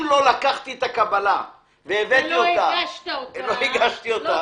אם לא לקחתי את הקבלה ולא הגשתי אותה,